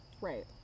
Right